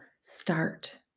Start